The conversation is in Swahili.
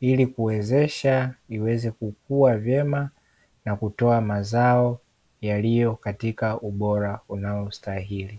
ili kuwezesha iweze kukua vyema, na kutoa mazao yaliyo katika ubora unaostahili.